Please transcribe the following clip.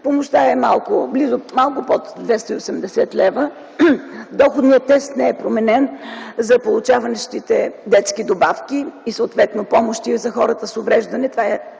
помощта е малко под 280 лв. Доходният тест не е променен за получаващите детски добавки и съответно помощи за хората с увреждане